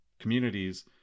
communities